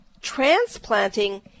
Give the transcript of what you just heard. Transplanting